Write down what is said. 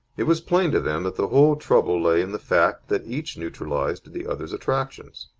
it was plain to them that the whole trouble lay in the fact that each neutralized the other's attractions.